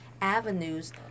avenues